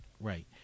Right